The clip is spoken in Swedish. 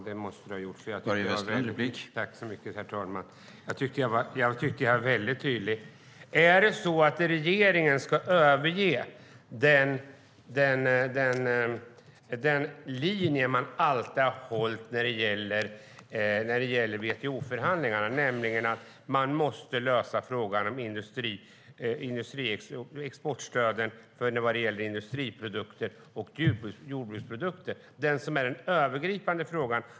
Herr talman! Ja, det måste Anna Steele ha gjort. Jag tyckte att jag var tydlig. Ska regeringen överge den linje man alltid har hållit i WTO-förhandlingarna, nämligen att lösa frågan om exportstöden till industriprodukter och jordbruksprodukter? Det är den övergripande frågan.